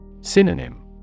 Synonym